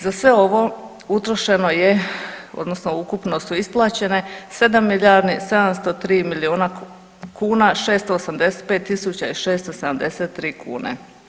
Za sve ovo utrošeno je odnosno ukupno su isplaćene 7 milijardi 703 milijuna kuna 685 tisuća i 673 kune.